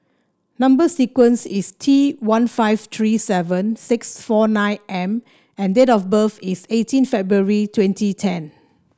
number sequence is T one five three seven six four nine M and date of birth is eighteen February twenty ten